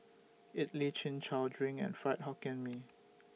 Idly Chin Chow Drink and Fried Hokkien Mee